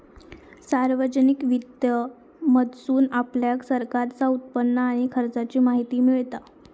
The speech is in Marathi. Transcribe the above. सार्वजनिक वित्त मधसून आपल्याक सरकारचा उत्पन्न आणि खर्चाची माहिती मिळता